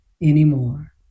anymore